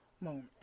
moment